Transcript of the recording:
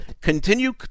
continue